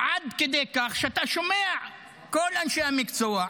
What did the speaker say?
עד כדי כך שאתה שומע את כל אנשי המקצוע,